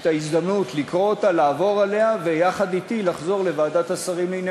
אוניות קטנות ואוספות את כל המכלים ומפזרות אותם בים התיכון,